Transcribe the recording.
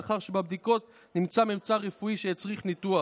לאחר שבבדיקות נמצא ממצא רפואי שהצריך ניתוח.